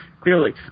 clearly